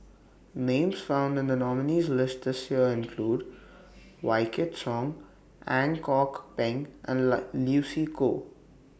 Names found in The nominees' list This Year include Wykidd Song Ang Kok Peng and Lucy Koh